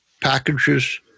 packages